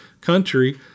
country